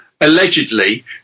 Allegedly